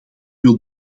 wil